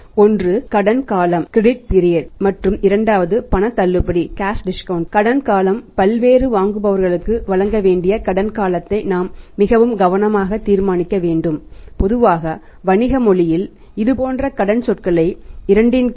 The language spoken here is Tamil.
ஒன்று கிரெடிட் பீரியட்